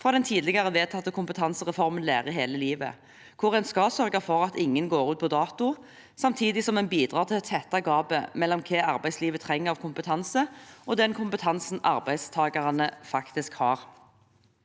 fra den tidligere vedtatte kompetansereformen Lære hele livet, hvor en skal sørge for at ingen går ut på dato, samtidig som en bidrar til å tette gapet mellom hva arbeidslivet trenger av kompetanse, og den kompetansen arbeidstakerne faktisk har.